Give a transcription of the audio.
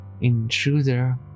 intruder